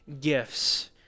gifts